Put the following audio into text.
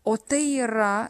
o tai yra